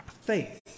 faith